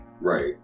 Right